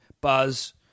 Buzz